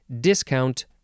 discount